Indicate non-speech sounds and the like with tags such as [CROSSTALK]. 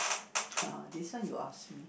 [NOISE] ah this one you ask me